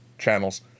channels